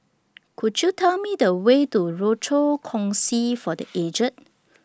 Could YOU Tell Me The Way to Rochor Kongsi For The Aged